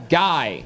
guy